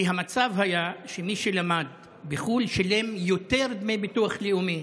כי המצב היה שמי שלמד בחו"ל שילם יותר דמי ביטוח לאומי,